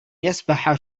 يسبح